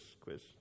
Quiz